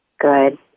Good